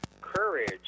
courage